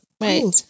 Right